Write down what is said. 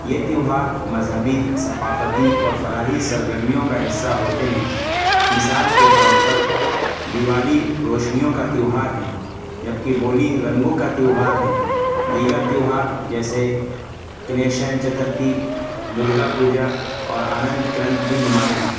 یہ تیوہار مذہبی ثقافتی اور فلاحی سرگرمیوں کا حصہ ہوتے ہیں مثال کے طور پر دیوالی روشنیوں کا تیوہار ہے جب کہ ہولی رنگوں کا تیوہار ہے دیگر تیوہار جیسے گنیش چترتھی درگا پوجا اور آننت کنت بھی نمایاں ہیں